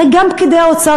הרי גם פקידי האוצר,